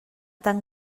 tant